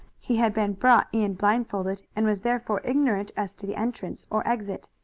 he had been brought in blindfolded and was therefore ignorant as to the entrance or exit.